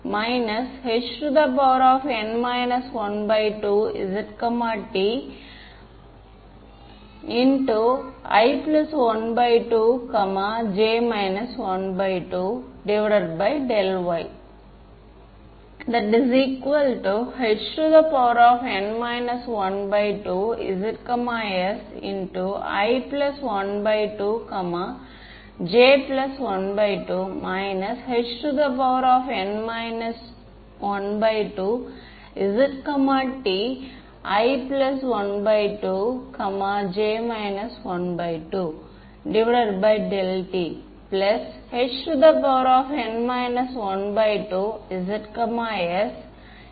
எனவே அதை இங்கே ஒப்பிட்டுப் பார்ப்போம் எடுத்துக்காட்டாக FDTD இல் PML யை செயல்படுத்துவதை நீங்கள் ஏற்கனவே அறிந்த ஒன்று தான் நாங்கள் அதை இங்கே பயன்படுத்துவோம் அது லாசி மீடியம்மை எவ்வாறு கையாள்வது என்பதை நமக்கு தெளிவாக்கும்